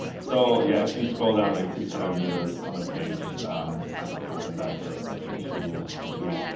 so yeah, if you scroll down like six hundred meters on a page to find the content, that's ah that's an issue to